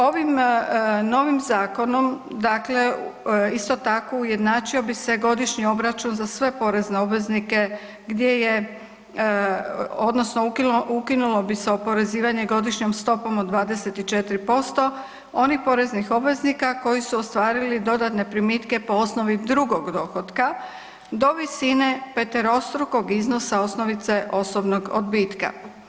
Ovim novim zakonom dakle isto tako ujednačio bi se godišnji obračun za sve porezne obveznike gdje je odnosno ukinulo bi se oporezivanje godišnjom stopom od 24% onih poreznih obveznika koji su ostvarili dodatne primite po osnovi drugog dohotka do visine peterostrukog iznosa osnovice osobnog odbitka.